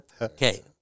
Okay